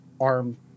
arm